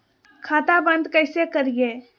खाता बंद कैसे करिए?